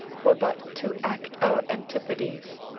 were but to act our antipodes.